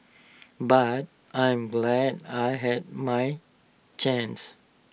but I'm glad I had my chance